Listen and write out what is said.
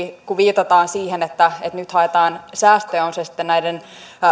kun viitataan siihen että nyt haetaan säästöjä on se sitten näiden